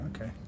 Okay